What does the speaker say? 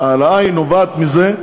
וההעלאה היא אוטומטית.